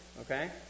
Okay